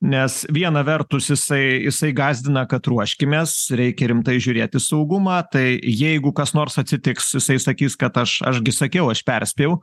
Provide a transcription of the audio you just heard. nes viena vertus jisai jisai gąsdina kad ruoškimės reikia rimtai žiūrėti į saugumą tai jeigu kas nors atsitiks jisai sakys kad aš aš gi sakiau aš perspėjau